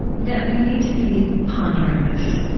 that we need to be pondering this,